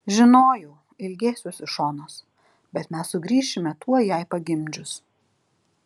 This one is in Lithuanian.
žinojau ilgėsiuosi šonos bet mes sugrįšime tuoj jai pagimdžius